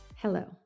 Hello